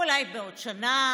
אולי בעוד שנה.